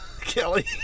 Kelly